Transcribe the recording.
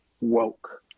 woke